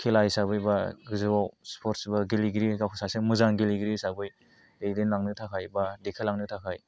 खेला हिसाबै बा गोजौआव स्पर्टस गेलेगिरि गावखौ सासे मोजां गेलेगिरि हिसाबै दैदेनलांनो थाखाय बा देखायलांनो थाखाय